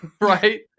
right